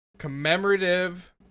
commemorative